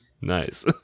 Nice